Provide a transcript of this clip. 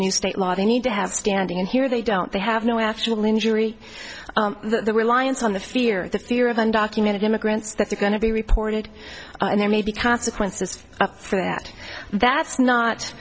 new state law they need to have standing here they don't they have no actual injury the reliance on the fear the fear of undocumented immigrants that are going to be reported and there may be consequences for that that's not